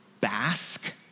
Basque